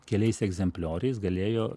keliais egzemplioriais galėjo